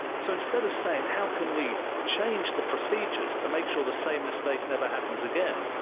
so instead of saying, how can we change the procedures to make sure the same mistake never happens again?